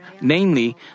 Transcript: namely